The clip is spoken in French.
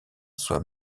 soit